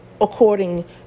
according